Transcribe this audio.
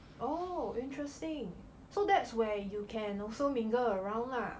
oh interesting so that's where you can also mingle around lah